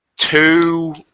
two